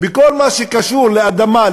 בכל מה שקשור לאדמה,